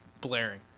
blaring